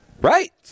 Right